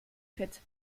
fit